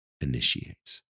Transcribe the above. initiates